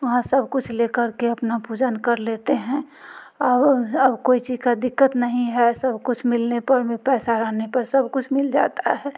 वहाँ सब कुछ ले कर के अपना पूजन कर लेते हैं अब कोई चीज़ की दिक्कत नहीं है सब कुछ मिलने पर में पैसा रहने पर सब कुछ मिल जाता है